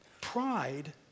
Pride